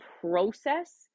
process